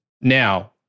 Now